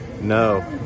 No